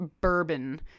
bourbon